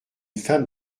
femme